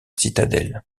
citadelle